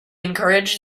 encouraged